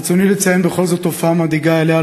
ברצוני לציין בכל זאת תופעה מדאיגה שלא